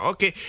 Okay